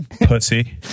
Pussy